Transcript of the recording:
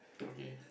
okay